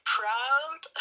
proud